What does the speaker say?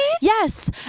Yes